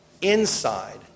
inside